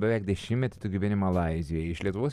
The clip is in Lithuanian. beveik dešimtmetį tu gyveni malaizijoj iš lietuvos